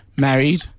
Married